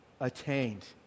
attained